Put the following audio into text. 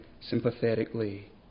sympathetically